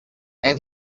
and